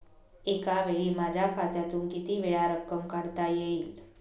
एकावेळी माझ्या खात्यातून कितीवेळा रक्कम काढता येईल?